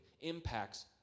impacts